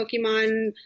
Pokemon